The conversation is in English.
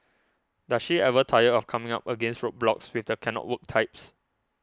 does she ever tire of coming up against roadblocks with the cannot work types